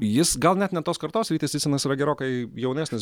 jis gal net ne tos kartos rytis cicinas yra gerokai jaunesnis